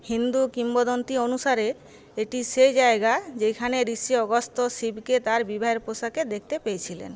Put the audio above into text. হিন্দু কিংবদন্তি অনুসারে এটি সেই জায়গা যেখানে ঋষি অগস্ত্য শিবকে তাঁর বিবাহের পোশাকে দেখতে পেয়েছিলেন